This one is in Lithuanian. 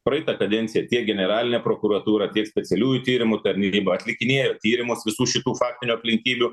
praeitą kadenciją tiek generalinė prokuratūra tiek specialiųjų tyrimų tarnyba atlikinėjo tyrimus visų šitų faktinių aplinkybių